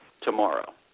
tomorrow